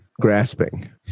grasping